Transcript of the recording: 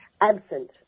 absent